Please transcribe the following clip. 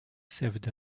saved